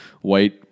white